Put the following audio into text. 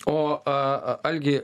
o a algi